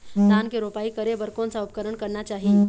धान के रोपाई करे बर कोन सा उपकरण करना चाही?